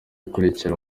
ikurikira